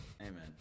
Amen